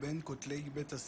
בוקר טוב גבירתי היושב ראש,